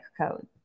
code